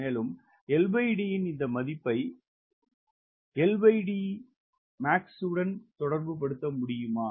மேலும் LD இன் இந்த மதிப்பை LDmax உடன் தொடர்புபடுத்த முடியுமா